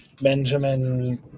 Benjamin